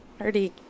already